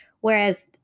whereas